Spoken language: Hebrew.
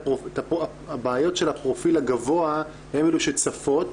הבעיות של הפרופיל הגבוה הן אלו שצפות.